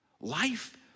Life